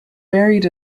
buried